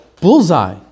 Bullseye